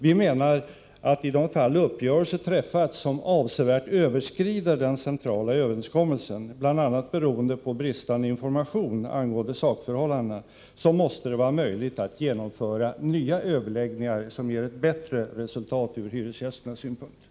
Vi menar att i de fall uppgörelser träffats som avsevärt överskrider den centrala överenskommelsen, bl.a. beroende på bristande information angående sakförhållandena, måste det vara möjligt att genomföra nya överläggningar som ger ett bättre resultat ur hyresgästernas synpunkt.